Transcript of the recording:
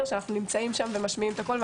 אנחנו נמצאים שם ומשמיעים את הקול.